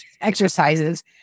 exercises